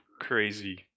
crazy